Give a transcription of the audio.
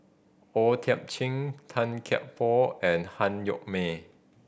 O Thiam Chin Tan Kia Por and Han Yo May